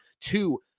two